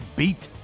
beat